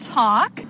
talk